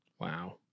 Wow